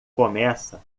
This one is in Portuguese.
começa